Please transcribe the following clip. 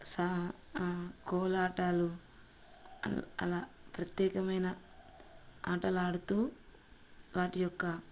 సా కోలాటాలు అలా ప్రత్యేకమైన ఆటలు ఆడుతూ వాటి యొక్క